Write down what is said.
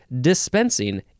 Dispensing